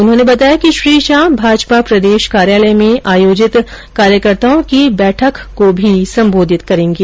उन्होंने बताया कि श्री शाह भाजपा प्रदेश कार्यालय में आयोजित कार्यकर्ताओं की बैठक को भी संबोधित करेंगे